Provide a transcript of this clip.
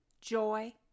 joy